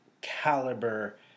caliber